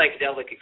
psychedelic